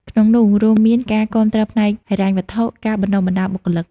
ក្នុងនោះ រួមមានការគាំទ្រផ្នែកហិរញ្ញវត្ថុ ការបណ្តុះបណ្តាលបុគ្គលិក។